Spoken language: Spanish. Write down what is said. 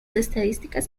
estadísticas